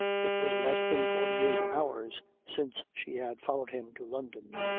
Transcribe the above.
it was less than forty eight hours since she had followed him to london.